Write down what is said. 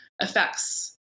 affects